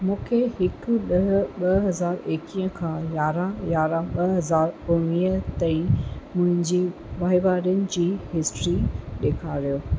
मूंखे हिकु ॾह ॿ हज़ार एकवीह खां यारहं यारहं ॿ हज़ार उणिवीह ताईं मुंहिंजी वहिंवारनि जी हिस्ट्री ॾेखारियो